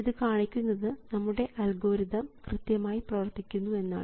ഇത് കാണിക്കുന്നത് നമ്മുടെ അൽഗോരിതം കൃത്യമായി പ്രവർത്തിക്കുന്നു എന്നാണ്